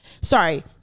sorry